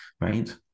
right